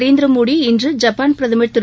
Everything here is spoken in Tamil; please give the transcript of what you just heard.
நரேந்திர மோடி இன்று ஜப்பான் பிரதமர் திரு